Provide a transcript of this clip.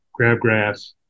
crabgrass